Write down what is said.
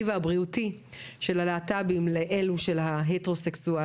והבריאותי בין זה של הלהט"בים לבין זה של ההטרוסקסואליים.